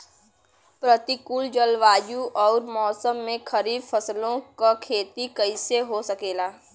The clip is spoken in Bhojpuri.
प्रतिकूल जलवायु अउर मौसम में खरीफ फसलों क खेती कइसे हो सकेला?